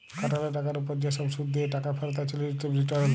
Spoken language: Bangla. খাটাল টাকার উপর যে সব শুধ দিয়ে টাকা ফেরত আছে রিলেটিভ রিটারল